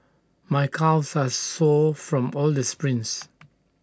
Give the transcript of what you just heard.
my calves are sore from all the sprints